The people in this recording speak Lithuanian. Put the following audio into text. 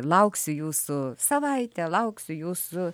lauksiu jūsų savaitę lauksiu jūsų